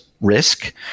risk